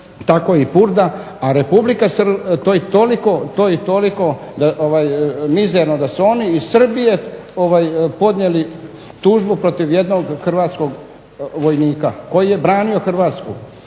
tako je i Purda, a Republika Srbija, to je toliko mizerno da su oni iz Srbije podnijeli tužbu protiv jednog hrvatskog vojnika koji je branio Hrvatsku.